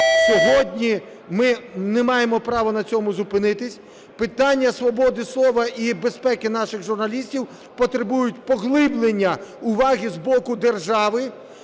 сьогодні ми не маємо право на цьому зупинитись, питання свободи слова і безпеки наших журналістів потребують поглибленої уваги з боку держави.